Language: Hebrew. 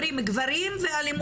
אומרים גברים ואלימות.